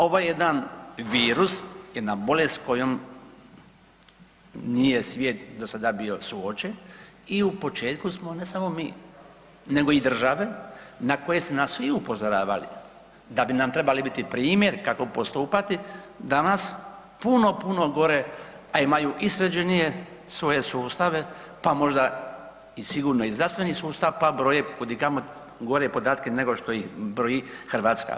Ovo je jedan virus, jedna bolest kojom nije svijet do sada bio suočen i u početku smo, ne samo mi, nego i države na koje ste nas vi upozoravali da bi nam trebali biti primjer kako postupati, danas puno, puno gore, a imaju i sređenije svoje sustave pa možda i sigurno i zdravstveni sustav, pa broje kudikamo gore podatke nego što ih broji Hrvatska.